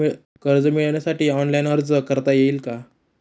कर्ज मिळविण्यासाठी ऑनलाइन अर्ज करता येईल का?